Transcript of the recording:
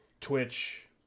Twitch